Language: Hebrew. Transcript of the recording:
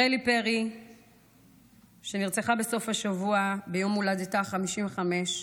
רילי פרי נרצחה בסוף השבוע ביום הולדתה ה-55,